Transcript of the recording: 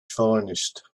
finest